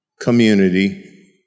Community